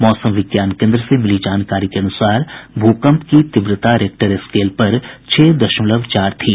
मौसम विज्ञान केंद्र से मिली जानकारी के मुताबिक भूकंप की तीव्रता रेक्टर स्केल पर छह दशमलव चार थी